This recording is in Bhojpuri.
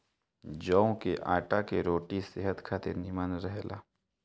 जव के आटा के रोटी सेहत खातिर निमन रहेला